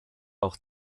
auch